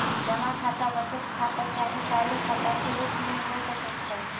जमा खता बचत खता चाहे चालू खता के रूप में हो सकइ छै